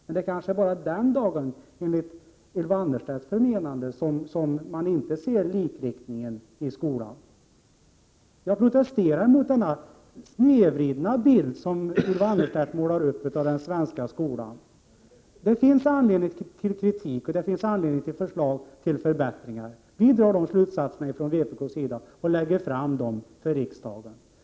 Men det är kanske bara den dagen som man enligt Ylva Annerstedts förmenande inte ser likriktningen i skolan. Jag protesterar mot den snedvridna bild som Ylva Annerstedt målar upp av den svenska skolan. Det finns anledning till kritik och det finns anledning till kol Prot. 1987/88:123 förslag om förbättringar. Vi från vpk:s sida drar slutsaterna av detta och lägger fram förslag till riksdagen.